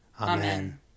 Amen